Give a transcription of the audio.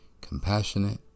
compassionate